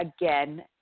again